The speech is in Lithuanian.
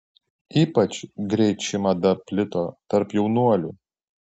ypač greit ši mada plito tarp jaunuolių